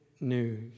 News